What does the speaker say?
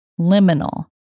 liminal